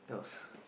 that was